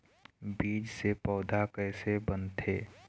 बीज से पौधा कैसे बनथे?